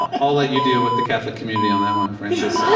i'll let you deal with the catholic community on that one, frances.